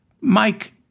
Mike